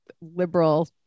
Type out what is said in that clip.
liberal